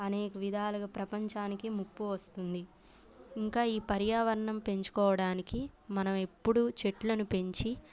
అనేక విధాలుగా ప్రపంచానికి ముప్పు వస్తుంది ఇంకా ఈ పర్యావరణం పెంచుకోవడానికి మనం ఎప్పుడూ చెట్లను పెంచి